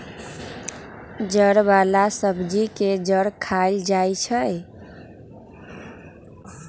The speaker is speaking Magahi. जड़ वाला सब्जी के जड़ खाएल जाई छई